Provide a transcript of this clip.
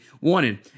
wanted